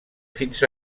fins